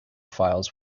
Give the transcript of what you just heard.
files